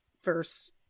First